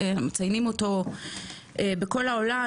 מציינים אותו בכל העולם,